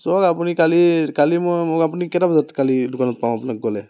চাওক আপুনি কালি কালি মই মোক আপুনি কেইটা বজাত কালি দোকানত পাম আপোনাক গ'লে